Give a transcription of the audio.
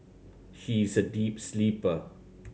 she is a deep sleeper